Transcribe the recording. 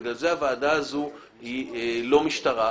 בגלל זה הוועדה הזאת היא לא משטרה,